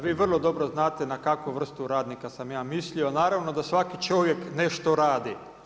Vi vrlo dobro znate na kakvu vrstu radnika sam ja mislio, naravno da svaki čovjek nešto radi.